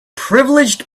privileged